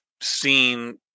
seen